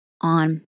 on